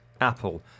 Apple